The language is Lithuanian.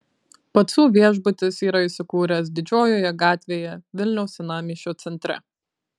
pacų viešbutis yra įsikūręs didžiojoje gatvėje vilniaus senamiesčio centre